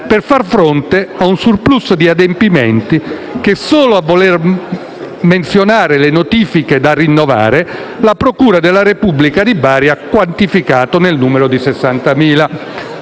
per far fronte a un *surplus* di adempimenti che, solo a voler menzionare le notifiche da rinnovare, la procura della Repubblica di Bari ha quantificato nel numero di 60.000.